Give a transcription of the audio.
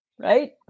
Right